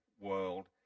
world